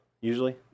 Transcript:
usually